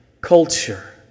culture